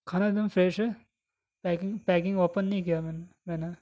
کھانا ایک دم فریش ہے پیکنگ پیکنگ اوپن نہیں کیا میں نے میں نے